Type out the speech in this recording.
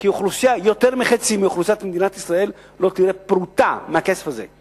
כי יותר מחצי מאוכלוסיית מדינת ישראל לא תראה פרוטה מהכסף הזה.